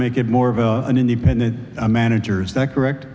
make it more of an independent managers that correct